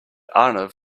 arnav